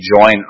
join